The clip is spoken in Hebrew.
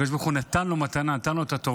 הקדוש ברוך הוא נתן לו מתנה, נתן לו את התורה.